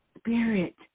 spirit